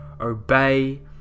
obey